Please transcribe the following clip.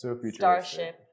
starship